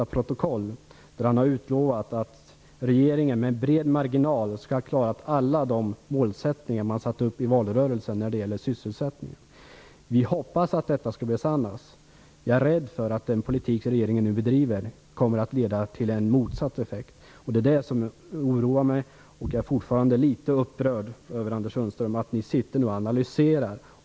Anders Sundström har nu utlovat att regeringen med bred marginal skall ha klarat alla de mål man satte upp i valrörelsen när det gäller sysselsättningen. Vi hoppas att detta kommer att besannas. Jag är emellertid rädd för att den politik regeringen nu bedriver kommer att få motsatt effekt. Det oroar mig. Jag är fortfarande litet upprörd, Anders Sundström, över att ni sitter och analyserar.